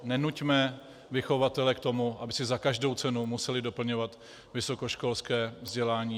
Nenuťme vychovatele k tomu, aby si za každou cenu museli doplňovat vysokoškolské vzdělání.